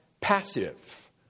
passive